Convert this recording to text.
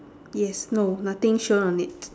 yes no nothing shown on it